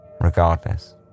Regardless